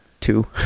two